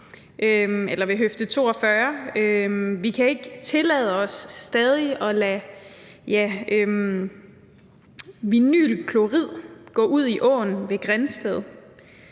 Tange ved Høfde 42. Vi kan ikke tillade os stadig at lade vinylklorid sive ud i åen ved Grindsted.